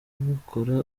bakora